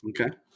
okay